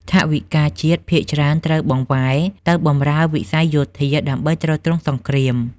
ថវិកាជាតិភាគច្រើនត្រូវបានបង្វែរទៅបម្រើវិស័យយោធាដើម្បីទ្រទ្រង់សង្គ្រាម។